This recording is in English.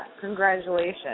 Congratulations